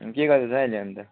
अनि के गर्दैछस् हो अहिले अन्त